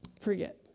forget